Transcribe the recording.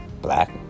black